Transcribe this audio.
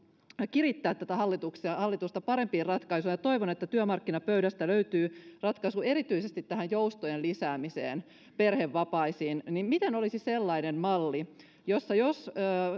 kirittää tätä hallitusta parempiin ratkaisuihin ja toivon että työmarkkinapöydästä löytyy ratkaisu erityisesti tähän joustojen lisäämiseen perhevapaisiin niin miten olisi sellainen malli jossa